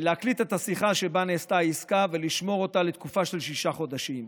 להקליט את השיחה שבה נעשתה עסקה ולשמור אותה לתקופה של שישה חודשים.